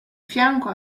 fianco